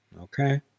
okay